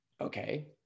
okay